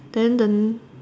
then the